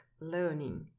learning